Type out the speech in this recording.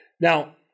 Now